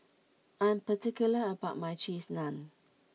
I'm particular about my Cheese Naan